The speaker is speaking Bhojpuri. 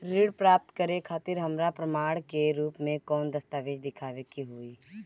ऋण प्राप्त करे खातिर हमरा प्रमाण के रूप में कौन दस्तावेज़ दिखावे के होई?